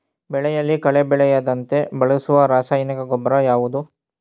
ಬೆಳೆಯಲ್ಲಿ ಕಳೆ ಬೆಳೆಯದಂತೆ ಬಳಸುವ ರಾಸಾಯನಿಕ ಗೊಬ್ಬರ ಯಾವುದು?